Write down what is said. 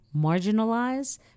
marginalize